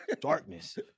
darkness